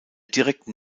direkten